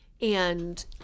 And-